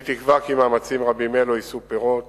אני תקווה כי מאמצים רבים אלה יישאו פירות